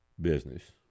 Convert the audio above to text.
business